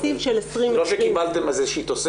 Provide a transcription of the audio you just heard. לא קיבלנו את התקציב של 2020. לא שקיבלתם איזה שהיא תוספת,